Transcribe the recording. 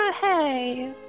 hey